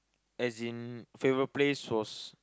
as in favourite place was